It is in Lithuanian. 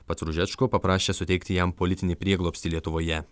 pats ružečko paprašė suteikti jam politinį prieglobstį lietuvoje